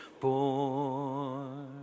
born